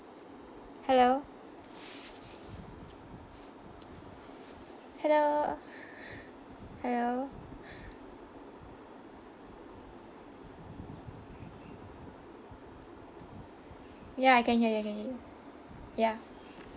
hello hello hello ya I can hear you can hear you ya